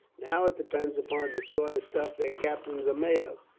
now it depends upon the sort of stuff their captains are made of,